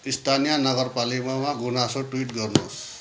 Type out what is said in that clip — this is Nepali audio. स्थानीय नगरपालिकामा गुनासो ट्विट गर्नुहोस्